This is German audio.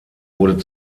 wurde